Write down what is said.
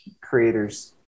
creators